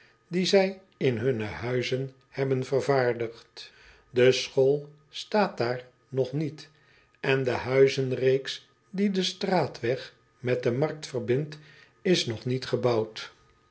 die zij in hunne huizen hebben vervaardigd e school staat daar nog niet en de huizenreeks die den straatweg met de markt verbindt is nog niet gebouwd